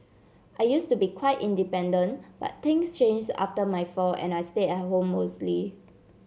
I used to be quite independent but things changed after my fall and I stayed at home mostly